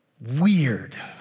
weird